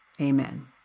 Amen